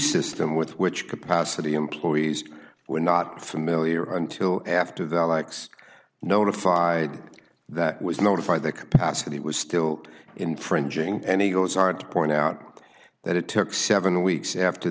system with which capacity employees were not familiar until after the likes notified that was notified that capacity was still infringing and he goes on to point out that it took seven weeks after